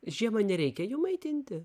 žiemą nereikia jų maitinti